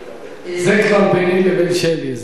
זה כבר ביני לבין שלי.